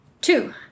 two